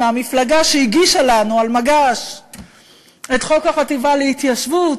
מהמפלגה שהגישה לנו על מגש את חוק החטיבה להתיישבות,